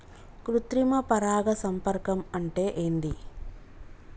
కృత్రిమ పరాగ సంపర్కం అంటే ఏంది?